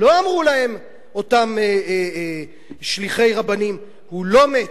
לא, אמרו להם אותם שליחי רבנים, הוא לא מת.